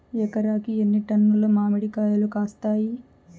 ఎకరాకి ఎన్ని టన్నులు మామిడి కాయలు కాస్తాయి?